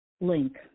link